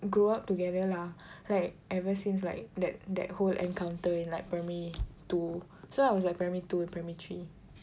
grow up together lah like ever since like that that whole encounter in like primary two so I was like primary two primary three